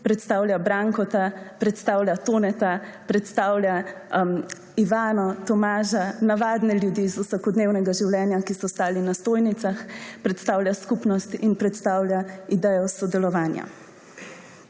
predstavlja Brankota, predstavlja Toneta, predstavlja Ivano, Tomaža, navadne ljudi iz vsakodnevnega življenja, ki so stali na stojnicah, predstavlja skupnost in predstavlja idejo sodelovanja.